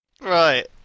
Right